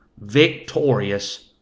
victorious